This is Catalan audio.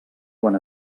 quan